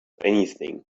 anything